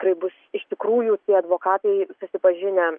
tikrai bus iš tikrųjų tie advokatai susipažinę